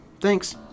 Thanks